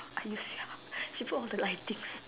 I use sia she put all the lightings